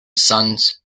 sons